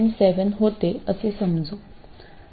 7V होते असे समजू